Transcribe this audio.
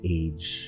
age